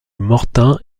mortain